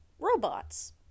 robots